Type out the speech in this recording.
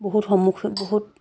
বহুত সন্মুখীন বহুত